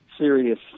Serious